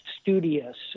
studious